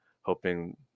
hoping